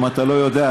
אם אתה לא יודע,